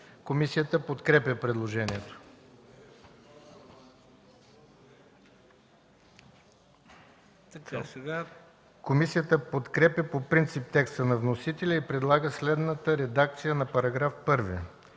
Комисията подкрепя предложението. Комисията подкрепя по принцип текста на вносителя и предлага следната редакция за § 1: „§ 1.